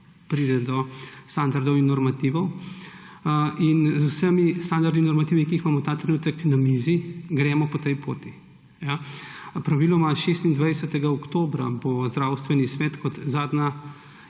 pride do standardov in normativov. In z vsemi standardi in normativi, ki jih imamo ta trenutek na mizi, gremo po tej poti. Praviloma 26. oktobra bo Zdravstveni svet kot zadnja